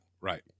Right